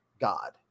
God